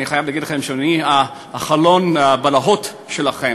אני חייב להגיד לכם שאני חלום הבלהות שלכם.